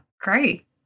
great